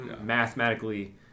mathematically